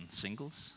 singles